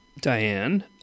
diane